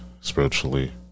spiritually